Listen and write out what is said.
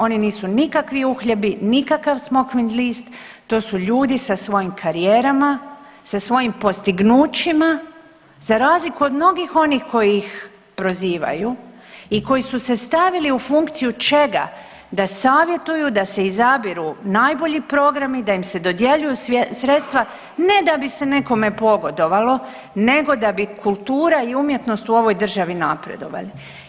Oni nisu nikakvi uhljebi, nikakav smokvin list, to su ljudi sa svojim karijerama, sa svojim postignuća za razliku od mnogih onih koji ih prozivaju i koji su se stavili u funkciju čega, da savjetuju da se izabiru najbolji programi, da im se dodjeljuju sredstva ne da bi se nekome pogodovalo nego da bi kultura i umjetnost u ovoj državi napredovali.